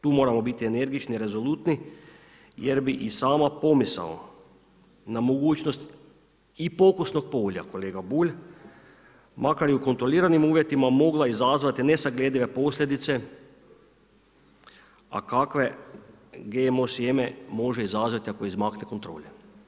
Tu moramo biti energični i rezolutni jer bi i sama pomisao na mogućnost i pokusnog polja kolega Bulj, makar i u kontroliranim uvjetima mogla izazvati nesagledive posljedice, a kakve GMO sjeme može izazvati ako izmakne kontroli.